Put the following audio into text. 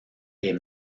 est